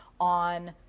on